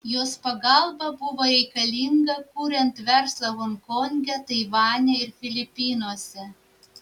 jos pagalba buvo reikalinga kuriant verslą honkonge taivane ir filipinuose